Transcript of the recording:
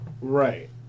Right